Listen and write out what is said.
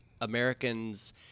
Americans